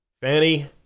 Fanny